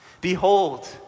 Behold